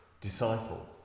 disciple